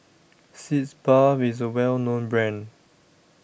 Sitz Bath IS A Well known Brand